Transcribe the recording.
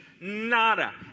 Nada